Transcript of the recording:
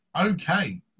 Okay